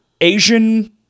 Asian